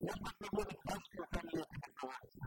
הקדוש ברוך הוא אומר הקדשתי אותם לי את הבכורות